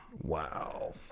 Wow